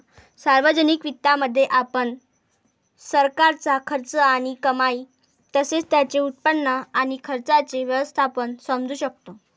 सार्वजनिक वित्तामध्ये, आपण सरकारचा खर्च आणि कमाई तसेच त्याचे उत्पन्न आणि खर्चाचे व्यवस्थापन समजू शकतो